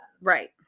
Right